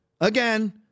again